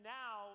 now